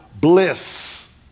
bliss